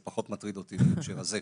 זה פחות מטריד אותי בהקשר הזה.